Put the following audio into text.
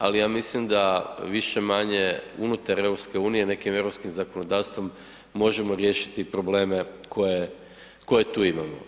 Ali ja mislim da više-manje unutar EU nekim europskim zakonodavstvom možemo riješiti probleme koje tu imamo.